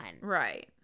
Right